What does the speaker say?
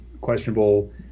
Questionable